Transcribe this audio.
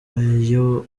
iyo